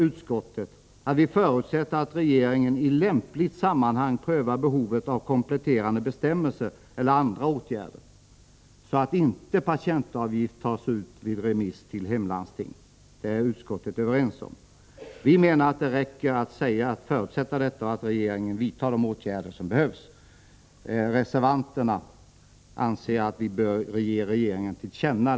Utskottet förutsätter att regeringen i lämpligt sammanhang prövar behovet av kompletterande bestämmelser eller andra åtgärder, så att inte patientavgift tas ut vid remiss till hemlandsting. Det är utskottet överens om. Vi menar att det räcker att förutsätta att regeringen vidtar de åtgärder som behövs. Reservanterna anser att vi bör ge regeringen detta till känna.